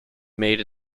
made